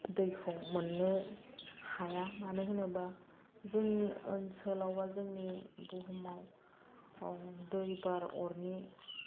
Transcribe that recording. दैखौ मोननो हाया मानो होनोबा जों ओनसोलाव बा जोंनि बुहुमाव बेयाव दै बार अरनि